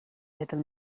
little